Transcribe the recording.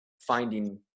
finding